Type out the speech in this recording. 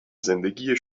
زندگی